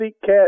cat